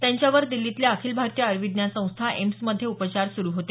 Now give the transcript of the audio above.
त्यांच्यावर दिछीतल्या अखिल भारतीय आयुर्विज्ञान संस्था एम्समध्ये उपचार सुरु होते